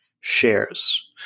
shares